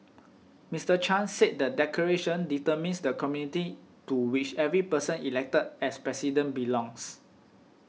Mister Chan said the declaration determines the community to which every person elected as President belongs